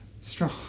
strong